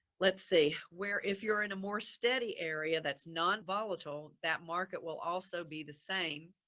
let's see where if you're in a more steady area that's non-volatile, that market will also be the same.